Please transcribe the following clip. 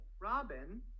Robin